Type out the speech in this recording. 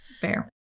fair